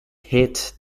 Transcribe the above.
hit